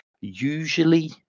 usually